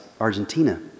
Argentina